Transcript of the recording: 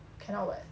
cannot what